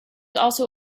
also